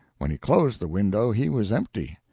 when he closed the window he was empty.